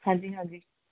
ਹਾਂਜੀ ਹਾਂਜੀ